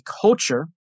culture